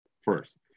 first